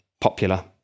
popular